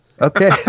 Okay